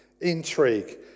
intrigue